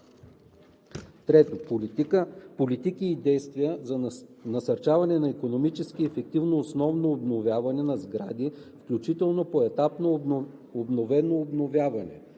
на сградата; 3. политики и действия за насърчаване на икономически ефективно основно обновяване на сгради, включително поетапно основно обновяване;